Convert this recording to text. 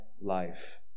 life